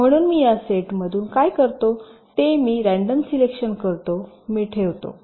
म्हणून मी या सेटमधून काय करतो ते मी रँडम सिलेक्शन करतो मी ठेवतो